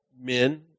men